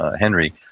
ah henry.